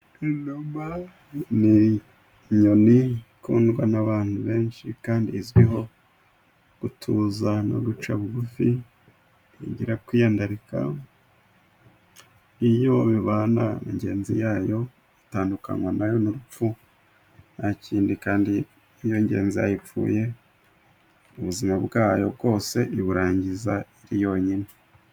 lnuma ni inyoni ikundwa n'abantu benshi kandi izwiho gutuza no guca bugufi, ntigira kwiyandarika. Iyo bibana ingenzi yayo, itandukanywa na yo n'urupfu, nta kindi kandi iyo ingenzi yayo ipfuye, ubuzima bwayo bwose iburangiza iri yonyine.